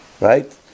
Right